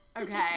Okay